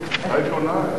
אתה עיתונאי.